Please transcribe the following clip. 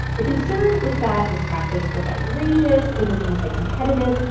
the concern was that this practice was outrageous. it was anti-competitive.